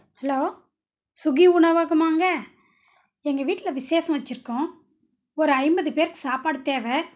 hello சுகி உணவகமாங்க எங்கள் வீட்ல விசேஷம் வச்சுருக்கோம் ஒரு ஐம்பது பேருக்கு சாப்பாடு தேவை